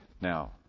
Now